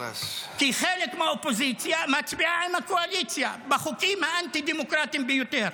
כי חלק מהאופוזיציה מצביע עם הקואליציה בחוקים האנטי-דמוקרטיים ביותר.